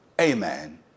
amen